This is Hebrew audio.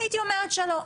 הייתי אומרת שלא,